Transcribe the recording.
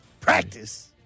Practice